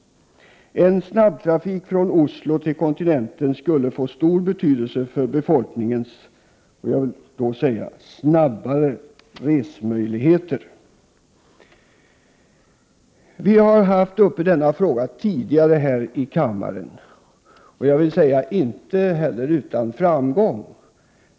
En snabbtrafik från Oslo till kontinenten skulle få stor betydelse för befolkningens möjligheter att resa snabbare. Vi har haft uppe denna fråga tidigare i kammaren, och inte utan framgång.